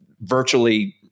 virtually